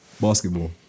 Basketball